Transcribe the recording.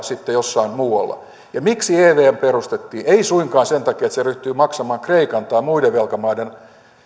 sitten jossain muualla miksi evm perustettiin ei suinkaan sen takia että se ryhtyy maksamaan kreikan tai muiden velkamaiden